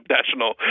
national